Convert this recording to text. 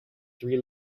three